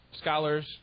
scholars